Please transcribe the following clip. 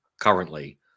currently